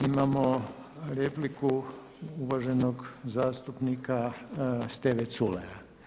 Imao repliku uvaženog zastupnika Steve Culeja.